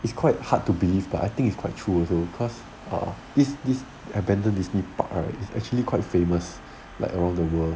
it's quite hard to believe but I think is quite true also because err this this abandoned disney park right is actually quite famous like around the world